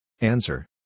Answer